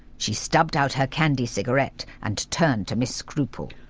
she stubbed out her candy cigarette and turned to miss scruple.